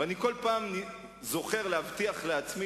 אבל אני כל פעם זוכר להבטיח לעצמי